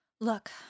Look